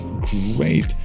great